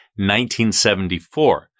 1974